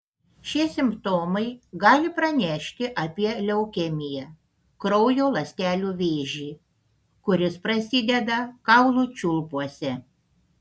šie simptomai gali pranešti apie leukemiją kraujo ląstelių vėžį kuris prasideda kaulų čiulpuose